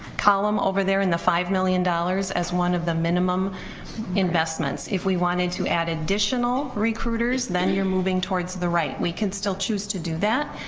column over there, in the five million dollars as one of the minimum investments if we wanted to add additional recruiters then you're moving towards the right, we can still choose to do that,